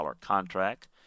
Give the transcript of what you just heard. contract